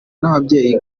n’ababyeyi